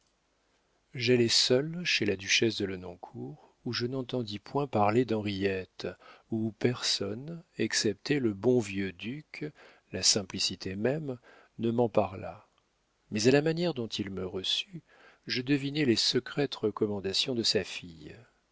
j'allai seul chez la duchesse de lenoncourt où je n'entendis point parler d'henriette où personne excepté le bon vieux duc la simplicité même ne m'en parla mais à la manière dont il me reçut je devinai les secrètes recommandations de sa fille